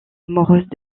amoureuse